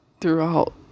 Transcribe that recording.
throughout